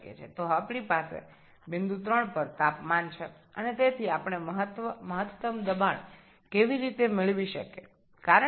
সুতরাং এখন আমাদের ৩ নং বিন্দুতে তাপমাত্রা রয়েছে এবং সুতরাং আমরা কীভাবে সর্বোচ্চ চাপ পেতে পারি